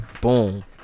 Boom